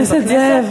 חבר הכנסת זאב,